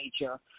nature